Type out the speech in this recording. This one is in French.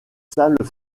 salles